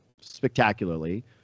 spectacularly